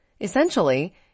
Essentially